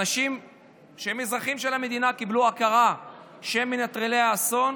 אנשים שהם אזרחים של המדינה קיבלו הכרה כמנטרלי האסון,